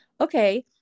okay